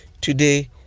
Today